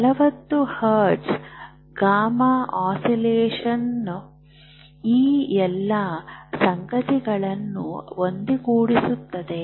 ನಲವತ್ತು hertz gamma ಆಂದೋಲನವು ಈ ಎಲ್ಲ ಸಂಗತಿಗಳನ್ನು ಒಂದುಗೂಡಿಸುತ್ತದೆ